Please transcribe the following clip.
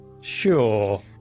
sure